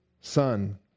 son